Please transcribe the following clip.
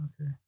Okay